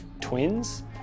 twins